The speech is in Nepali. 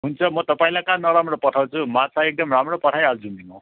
हुन्छ म तपाईँलाई कहाँ नराम्रो पठाउँछु माछा एकदम राम्रो पठाइहाल्छु नि म